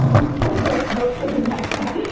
hopefully there's hope for the next one.